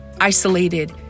isolated